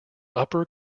upper